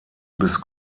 bis